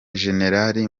generari